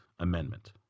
Amendment